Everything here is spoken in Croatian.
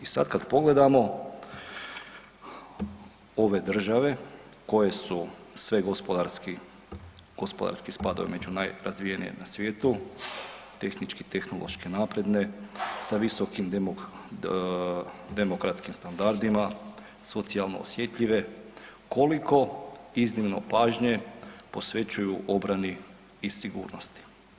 I sad kad pogledamo ove države koje su sve gospodarski spadaju među najrazvijenije na svijetu, tehnički i tehnološki napredne sa visokim demokratskim standardima, socijalno osjetljive koliko iznimno pažnje posvećuju obrani i sigurnosti.